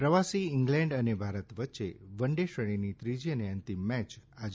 પ્રવાસી ઈંગ્લેન્ડ અને ભારત વચ્ચે વન ડે શ્રેણીની ત્રીજી અને અંતિમ મેચ આજે